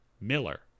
Miller